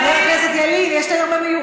חבר הכנסת ילין, יש את היום המיוחד.